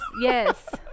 yes